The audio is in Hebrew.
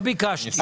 לא ביקשתי.